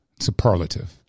superlative